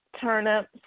turnips